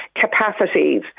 capacities